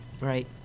right